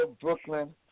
Brooklyn